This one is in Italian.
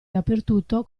dappertutto